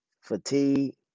fatigue